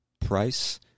price